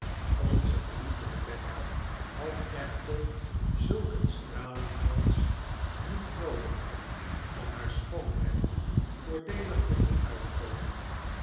onze geliefde rebecca had echter zulk een stralenkrans niet noodig om haar schoonheid voordeelig te doen uitkomen